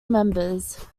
members